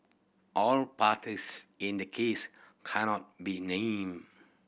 all parties in the case cannot be named